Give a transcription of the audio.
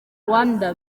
rwanda